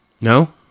no